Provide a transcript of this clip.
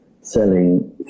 selling